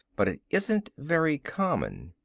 but it isn't very common.